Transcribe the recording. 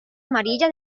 amarilla